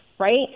right